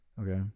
Okay